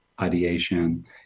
ideation